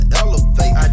elevate